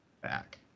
back